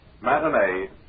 matinee